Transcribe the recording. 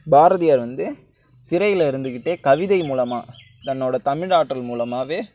பாரதியார் வந்து சிறையில் இருந்துக்கிட்டே கவிதை மூலமாக தன்னோட தமிழ் ஆற்றல் மூலமாகவே